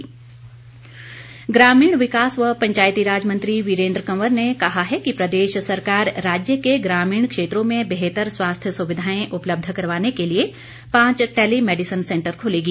वीरेन्द्र कंवर ग्रामीण विकास व पंचायतीराज मंत्री वीरेन्द्र कंवर ने कहा है कि प्रदेश सरकार राज्य के ग्रामीण क्षेत्रों में बेहतर स्वास्थ्य सुविधाएं उपलब्ध करवाने के लिए पांच टेलीमैडिसन सेंटर खोलेगी